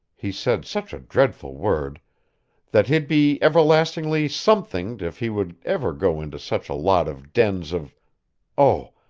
he said such a dreadful word that he'd be everlastingly somethinged if he would ever go into such a lot of dens of oh,